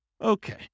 Okay